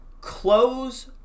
close